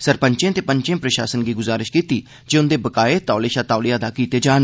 सरपंचें ते पंचें प्रशासन गी गुजारिश कीती जे उंदे बकाये तौले शा तौले अदा कीते जान